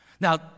Now